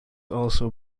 also